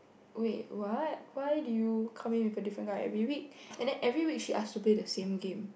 wait what why do you come in with a different guy every week and every week she ask to play the same game